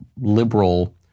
liberal